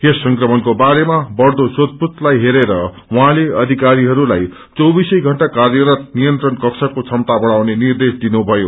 यस संक्रमणको बारेमा बढ़दो सोधपूछलाइ हेरेर उहाँले अधिकरीहरूलाई चौबीसै घण्टा कार्यरत नियन्त्रण कक्षको क्षमता बढ़ाउने निर्देश दिनुमयो